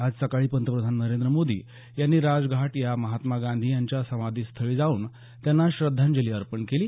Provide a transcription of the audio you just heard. आज सकाळी पंतप्रधान नरेंद्र मोदी यांनी राजघाट या महात्मा गांधी यांच्या समाधीस्थळी जाऊन त्यांना श्रद्धांजली अर्पण केली